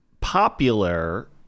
popular